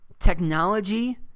Technology